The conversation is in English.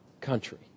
country